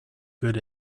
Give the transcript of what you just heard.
good